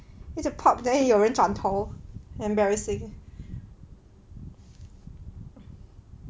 一直 pop then 有人转头 embarrassing